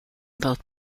both